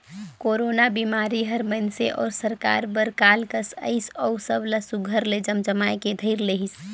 corona बिमारी हर मइनसे अउ सरकार बर काल कस अइस अउ सब ला सुग्घर ले जमजमाए के धइर लेहिस